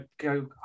go